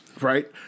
Right